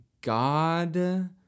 God